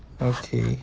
okay